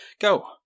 go